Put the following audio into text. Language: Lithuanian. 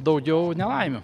daugiau nelaimių